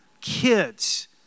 kids